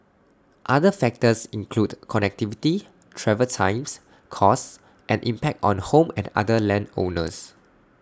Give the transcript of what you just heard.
other factors include connectivity travel times costs and impact on home and other land owners